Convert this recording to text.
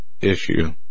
Issue